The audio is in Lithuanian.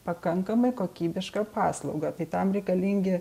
pakankamai kokybišką paslaugą tai tam reikalingi